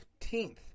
15th